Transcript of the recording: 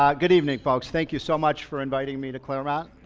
um good evening folks. thank you so much for inviting me to claremont.